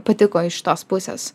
patiko iš tos pusės